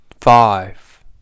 five